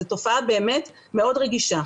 זו תופעה באמת מאוד רגישה,